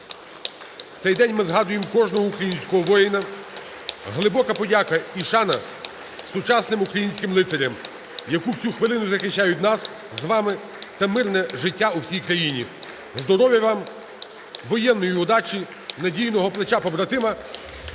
В цей день ми згадуємо кожного українського воїна. Глибока подяка і шана сучасним українським лицарям, які в цю хвилину захищають нас з вами та мирне життя у всій країні. Здоров'я вам, воєнної удачі, надійного плеча побратима